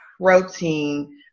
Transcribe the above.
protein